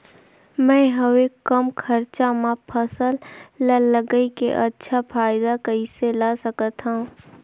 मैं हवे कम खरचा मा फसल ला लगई के अच्छा फायदा कइसे ला सकथव?